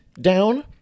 down